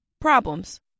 problems